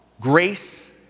grace